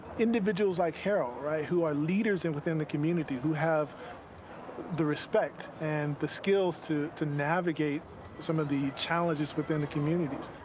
individuals like harold, right, who are leaders and within the community who have the respect and the skills to to navigate some of the challenges within the communities.